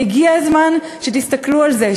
והגיע הזמן שתסתכלו על זה,